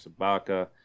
Sabaka